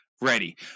ready